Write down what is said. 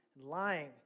Lying